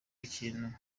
ikintu